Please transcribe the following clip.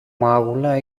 μάγουλα